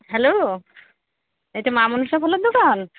hello এটা মা মনসা ফলের দোকান